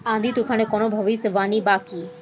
आँधी तूफान के कवनों भविष्य वानी बा की?